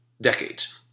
decades